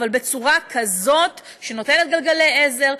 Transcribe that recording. אבל בצורה כזאת שנותנת גלגלי עזר,